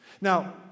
Now